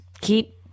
keep